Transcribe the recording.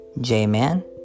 J-Man